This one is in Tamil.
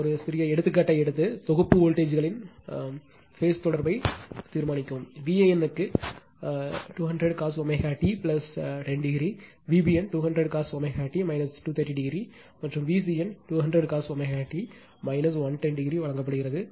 ஒரு சிறிய எடுத்துக்காட்டை எடுத்து தொகுப்பு வோல்ட்டேஜ்ங்களின் பேஸ் தொடர்யை தீர்மானிக்கவும் Van க்கு 200 cos ω t 10 o Vbn 200 cos ω t 230 o மற்றும் Vcn 200 cos ω t 110 o வழங்கப்படுகிறது